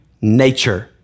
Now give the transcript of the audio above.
nature